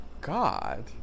God